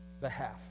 behalf